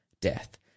death